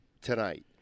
tonight